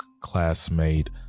classmate